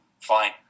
fine